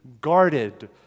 guarded